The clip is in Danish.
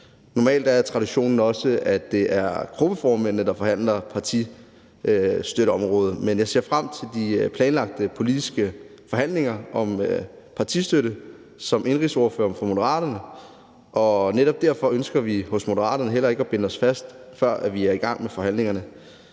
Normalt er traditionen også, at det er gruppeformændene, der forhandler partistøtteområdet. Men jeg ser som indenrigsordfører for Moderaterne frem til de planlagte politiske forhandlinger om partistøtte. Og netop derfor ønsker vi hos Moderaterne heller ikke at binde os fast, før vi er i gang med forhandlingerne.